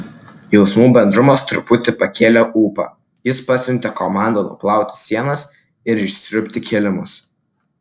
jausmų bendrumas truputį pakėlė ūpą jis pasiuntė komandą nuplauti sienas ir išsiurbti kilimus